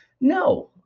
No